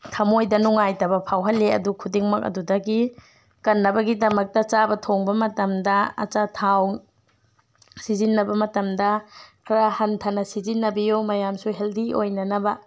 ꯊꯃꯣꯏꯗ ꯅꯨꯡꯉꯥꯏꯇꯕ ꯐꯥꯎꯍꯟꯂꯤ ꯑꯗꯨ ꯈꯨꯗꯤꯡꯃꯛ ꯑꯗꯨꯗꯒꯤ ꯀꯟꯅꯕꯒꯤꯗꯃꯛꯇ ꯆꯥꯕ ꯊꯣꯡꯕ ꯃꯇꯝꯗ ꯑꯆꯥꯊꯥꯎ ꯁꯤꯖꯤꯟꯅꯕ ꯃꯇꯝꯗ ꯈꯔ ꯍꯟꯊꯅ ꯁꯤꯖꯤꯟꯅꯕꯤꯌꯨ ꯃꯌꯥꯝꯁꯨ ꯍꯦꯜꯗꯤ ꯑꯣꯏꯅꯅꯕ